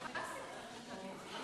אני תמיד,